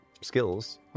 skills